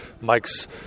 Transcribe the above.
Mike's